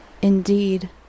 Indeed